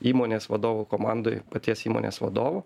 įmonės vadovų komandoj paties įmonės vadovo